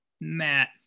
Matt